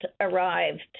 arrived